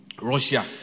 Russia